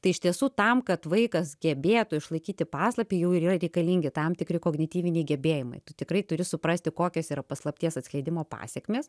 tai iš tiesų tam kad vaikas gebėtų išlaikyti paslapį jau yra reikalingi tam tikri kognityviniai gebėjimai tu tikrai turi suprasti kokios yra paslapties atskleidimo pasekmės